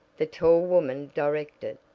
the tall woman directed,